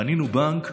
בנינו בנק.